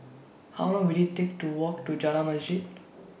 How Long Will IT Take to Walk to Jalan Masjid